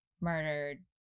murdered